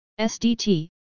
SDT